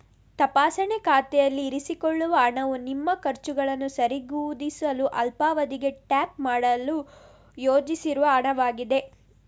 ತಪಾಸಣೆ ಖಾತೆಯಲ್ಲಿ ಇರಿಸಿಕೊಳ್ಳುವ ಹಣವು ನಿಮ್ಮ ಖರ್ಚುಗಳನ್ನು ಸರಿದೂಗಿಸಲು ಅಲ್ಪಾವಧಿಗೆ ಟ್ಯಾಪ್ ಮಾಡಲು ಯೋಜಿಸಿರುವ ಹಣವಾಗಿದೆ